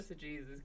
Jesus